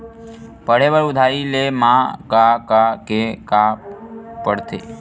पढ़े बर उधारी ले मा का का के का पढ़ते?